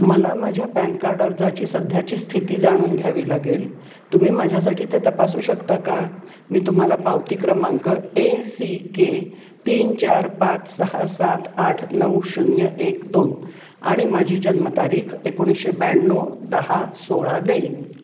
मला माझ्या PAN card अर्जाची सध्याची स्थिती जाणून घ्यावी लागेल तुम्ही माझ्यासाठी ते तपासू शकता का मी तुम्हाला पावती क्रमांक ए सी केे तीन चार पाच सहा सात आठ नऊ शून्य एक दोन आणि माझी जन्मतारीख एकोणीसशे ब्याण्णव दहा सोळा देईन